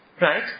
right